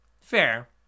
Fair